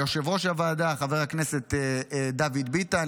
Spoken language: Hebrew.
ליושב-ראש הוועדה חבר הכנסת דוד ביטן,